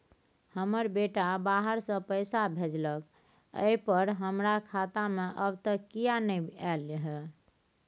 हमर बेटा बाहर से पैसा भेजलक एय पर हमरा खाता में अब तक किये नाय ऐल है?